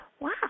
wow